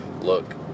look